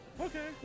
Okay